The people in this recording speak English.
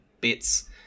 bits